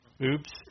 Oops